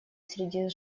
среди